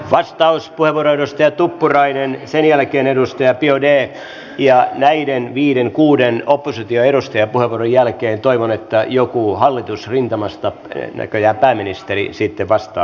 vastauspuheenvuoro edustaja tuppurainen sen jälkeen edustaja biaudet ja näiden viiden kuuden oppositioedustajan puheenvuoron jälkeen toivon että joku hallitusrintamasta näköjään pääministeri sitten vastaa